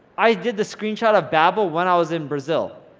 i did the screenshot of babbel when i was in brazil,